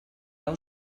heu